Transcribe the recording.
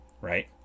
right